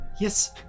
Yes